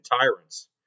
tyrants